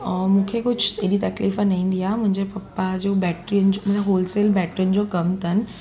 ऐं मूंखे कुझु एॾी तकलीफ़ु न ईंदी आहे मुंहिंजे पप्पा जो बैट्रियुनि जो मुंहिंजो होलसेल बैट्रियुनि जो कमु अथनि